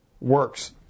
works